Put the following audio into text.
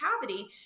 cavity